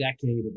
decade